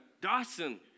Dawson